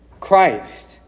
Christ